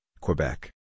Quebec